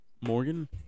Morgan